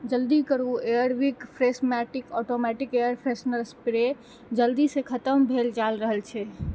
जल्दी करू Air Wick Freshmatic automatic air freshener spray जल्दीसँ खतम भेल जा रहल छै